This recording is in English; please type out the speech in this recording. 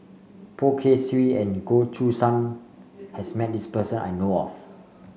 Poh Kay Swee and Goh Choo San has met this person I know of